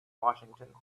washington